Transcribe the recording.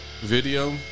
video